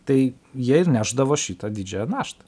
tai jie ir nešdavo šitą didžiąją naštą